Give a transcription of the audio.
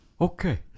Okay